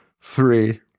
three